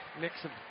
Nixon